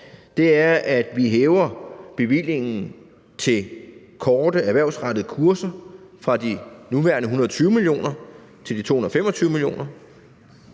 det, at vi hæver bevillingen til korte erhvervsrettede kurser fra de nuværende 120 mio. kr. til 225 mio.